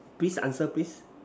please answer please